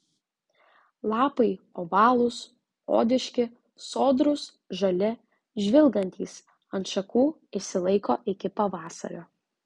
lapai ovalūs odiški sodrūs žali žvilgantys ant šakų išsilaiko iki pavasario